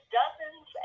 dozens